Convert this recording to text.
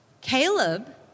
Caleb